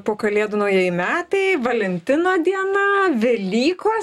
po kalėdų naujieji metai valentino diena velykos